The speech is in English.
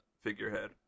figurehead